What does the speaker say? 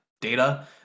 data